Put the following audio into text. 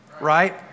right